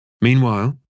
Meanwhile